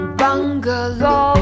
bungalow